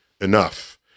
enough